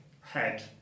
head